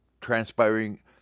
transpiring